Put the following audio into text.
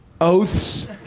Oaths